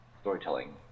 storytelling